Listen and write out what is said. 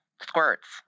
Squirts